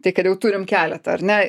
tai kad jau turim keletą ar ne